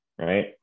right